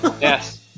yes